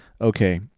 Okay